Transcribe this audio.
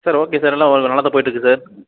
sir okay sir எல்லாம் நல்லாதான் போயிகிட்டுருக்குது